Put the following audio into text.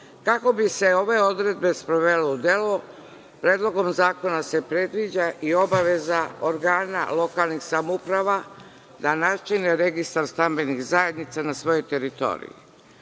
bi se ove odredbe sprovele u delo, Predlogom zakona se predviđa i obaveza organa lokalnih samouprava na načine registra stambenih zajednica na svojoj teritoriji. Značajan